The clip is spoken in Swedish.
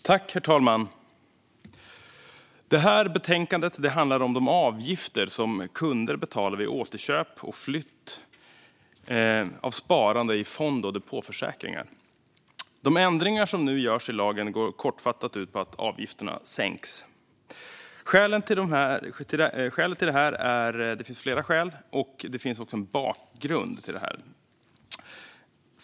Herr talman! Det här betänkandet handlar om de avgifter som kunder betalar vid återköp och flytt av sparande i fond och depåförsäkringar. De ändringar som nu görs i lagen går kortfattat ut på att avgifterna sänks. Skälen till detta är flera, och det finns en bakgrund.